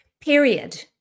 Period